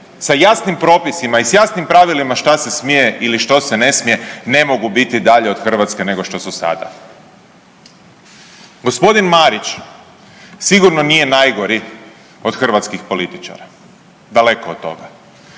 sa jasnim propisima i s jasnim pravilima šta se smije ili što se ne smije ne mogu biti dalje od Hrvatske nego što su sada. Gospodin Marić sigurno nije najgori od hrvatskih političara, daleko od toga.